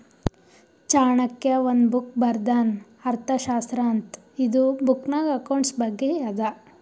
ಚಾಣಕ್ಯ ಒಂದ್ ಬುಕ್ ಬರ್ದಾನ್ ಅರ್ಥಶಾಸ್ತ್ರ ಅಂತ್ ಇದು ಬುಕ್ನಾಗ್ ಅಕೌಂಟ್ಸ್ ಬಗ್ಗೆ ಅದಾ